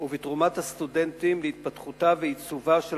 ובתרומת הסטודנטים להתפתחותה ועיצובה של